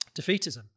defeatism